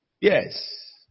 Yes